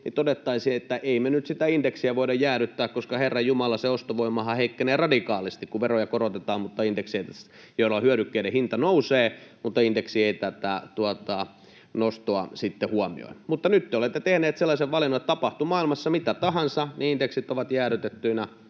todettaisiin, että ei me nyt sitä indeksiä voida jäädyttää, koska, herra jumala, se ostovoimahan heikkenee radikaalisti, kun veroja korotetaan mutta indeksejä ei, jolloin hyödykkeiden hinta nousee, mutta indeksi ei tätä nostoa sitten huomioi. Mutta nyt te olette tehneet sellaisen valinnan, että tapahtui maailmassa mitä tahansa, indeksit ovat jäädytettyinä